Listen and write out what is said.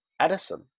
edison